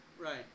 Right